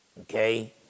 Okay